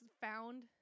found